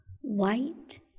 white